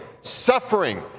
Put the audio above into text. suffering